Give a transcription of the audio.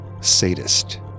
sadist